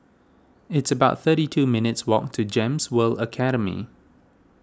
it's about thirty two minutes' walk to Gems World Academy